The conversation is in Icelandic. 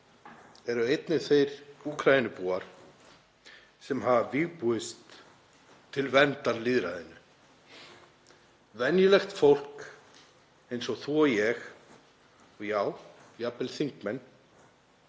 eru einnig þeir Úkraínubúar sem hafa vígbúist til verndar lýðræðinu, venjulegt fólk eins og þú og ég — já, jafnvel þingmenn